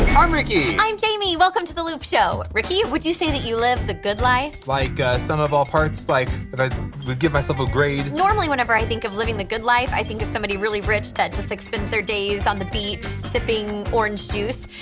i'm ricky. i'm jayme. welcome to the loop show. ricky, would you say that you live the good life? like sum of all parts, like if i could give myself a grade? normally, whenever i think of living the good life, i think of somebody really rich that just like spends their days on the beach sipping orange juice,